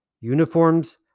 uniforms